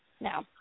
No